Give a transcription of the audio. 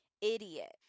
idiot